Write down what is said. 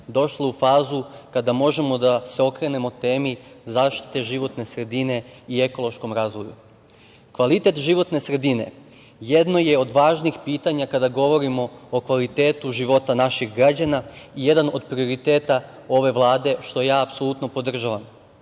došla u fazu kada možemo da se okrenemo temi zaštite životne sredine i ekološkom razvoju. Kvalitet životne sredine jedno je od važnih pitanja kada govorimo o kvalitetu života naših građana i jedan od prioriteta ove Vlade, što ja apsolutno podržavam.